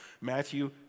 Matthew